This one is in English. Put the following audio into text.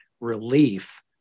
relief